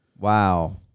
Wow